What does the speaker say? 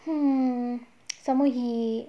hmm some more he